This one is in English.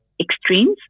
extremes